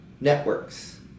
networks